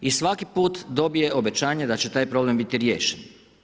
I svaki put dobije obećanje da će taj problem biti riješen.